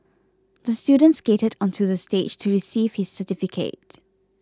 the student skated onto the stage to receive his certificate